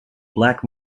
black